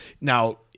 Now